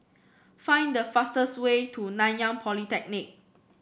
find the fastest way to Nanyang Polytechnic